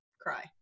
cry